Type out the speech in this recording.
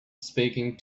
speaking